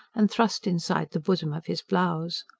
and thrust inside the bosom of his blouse.